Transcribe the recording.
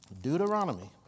Deuteronomy